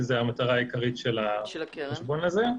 שזו המטרה העיקרית של החשבון הזה,